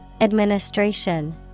Administration